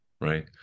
right